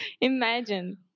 imagine